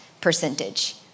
percentage